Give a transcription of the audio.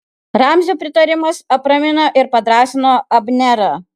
ramzio pritarimas apramino ir padrąsino abnerą